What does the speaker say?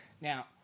Now